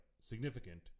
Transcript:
significant